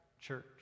Church